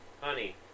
Honey